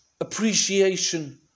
appreciation